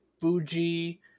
Fuji